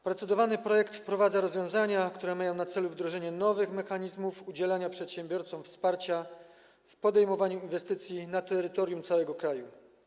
Procedowany projekt wprowadza rozwiązania, które mają na celu wdrożenie nowych mechanizmów udzielania przedsiębiorcom wsparcia w podejmowaniu inwestycji na terytorium całego kraju.